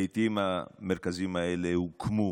לעיתים המרכזים האלה הוקמו